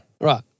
Right